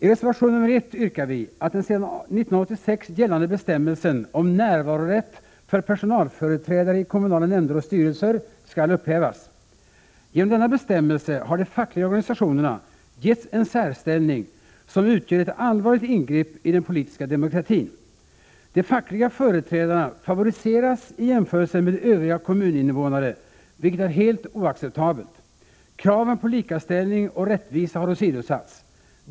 I reservation nr 1 yrkar vi att den sedan 1986 gällande bestämmelsen om närvarorätt för personalföreträdare i kommunala nämnder och styrelser skall upphävas. Genom denna bestämmelse har de fackliga organisationerna getts en särställning som utgör ett allvarligt ingrepp i den politiska demokratin. De fackliga företrädarna favoriseras i jämförelse med övriga kommuninvånare, vilket är helt oacceptabelt. Kraven på likaställning och rättvisa har åsidosatts.